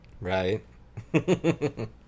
right